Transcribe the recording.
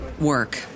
work